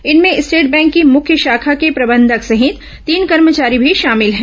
इनमें state bank की मुख्य शाखा के प्रबंधक सहित तीन कर्मचारी भी शामिल हैं